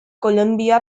columbia